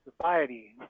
society